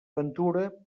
ventura